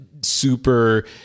super